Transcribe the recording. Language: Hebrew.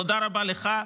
תודה רבה לך,